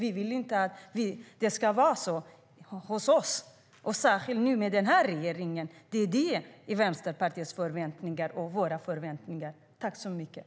Vi vill inte att det ska vara så hos oss, och Vänsterpartiet har särskilt stora förväntningar på den här regeringen.